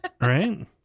right